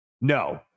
No